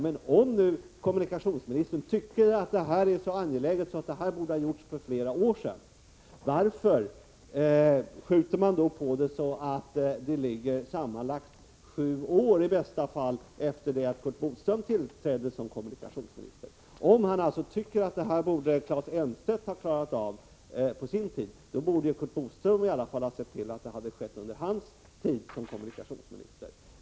Men om kommunikationsministern tycker att en bro är så angelägen att den borde ha byggts för flera år sedan, varför skjuter regeringen då på bygget, så att igångsättandet i bästa fall ligger sammanlagt sju år efter det att Curt Boström tillträdde som kommunikationsminister? Om han menar att Claes Elmstedt borde ha klarat av denna fråga på sin tid, borde Curt Boström ha sett till att den i alla fall hade lösts under hans tid som kommunikationsminister.